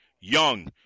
young